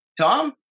Tom